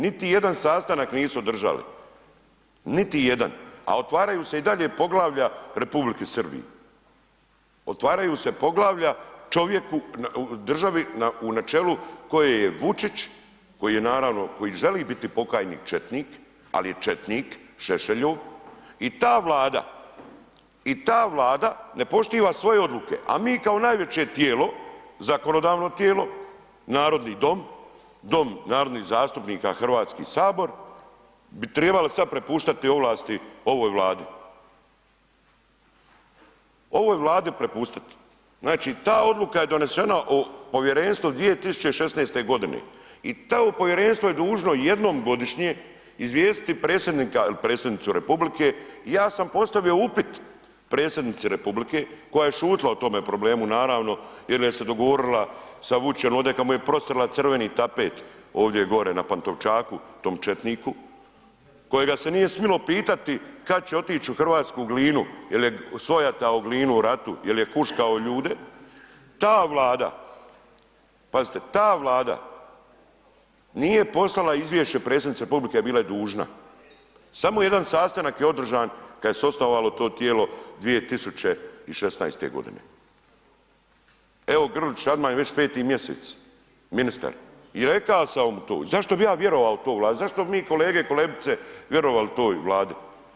Niti jedan sastanak nisu održali, niti jedan a otvaraju se i dalje poglavlja Republiki Srbiji, otvaraju se poglavlja čovjeku u državi na čelu koje je Vučić, koji je naravno koji želi biti pokajnik četnik, ali je četnik Šešelju i ta Vlada i ta Vlada ne poštiva svoje odluke, a mi kao najveće tijelo, zakonodavno tijelo, narodni dom, dom narodnih zastupnika HS bi tribali sad pripuštati ovlasti ovoj Vladi, ovoj Vladi prepustit, znači ta odluka je donesena o povjerenstvu 2016.g. i to povjerenstvo je dužno jednom godišnje izvijestiti predsjednika ili predsjednicu RH, ja sam postavio upit predsjednici RH koja je šutila o tome problemu naravno jel je se dogovorila sa Vučićem ovde kad mu je prostrla crveni tapet ovdje gore na Pantovčaku tom četniku, kojega se nije smilo pitati kad će otić u hrvatsku Glinu jel je svojatao Glinu u ratu, jel je huškao ljude, ta Vlada, pazite ta Vlada nije poslala izvješće predsjednici RH, bila je dužna, samo jedan sastanak je održan kad se je osnovalo to tijelo 2016.g. Evo Grlić Radman već je 5. mjesec ministar i rekao sam mu to i zašto bi ja vjerovao to Vladi, zašto bi mi kolege i kolegice vjerovali toj Vladi?